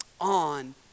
on